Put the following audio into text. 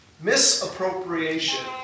Misappropriation